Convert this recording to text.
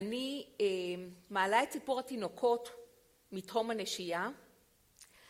אני מעלה את סיפור התינוקות מתחום הנשייה